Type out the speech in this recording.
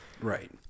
Right